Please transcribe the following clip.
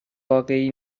واقعی